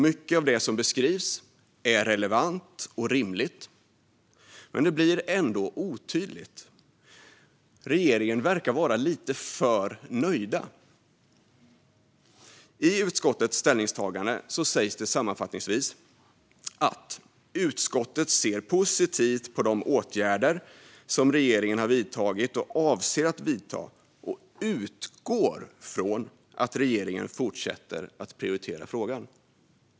Mycket av det som beskrivs är relevant och rimligt, men det blir ändå otydligt. Regeringen verkar vara lite för nöjd. I utskottets ställningstagande sägs sammanfattningsvis följande: "Utskottet ser positivt på de åtgärder som regeringen har vidtagit och avser att vidta, och utgår från att regeringen fortsätter att prioritera frågan. "